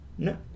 No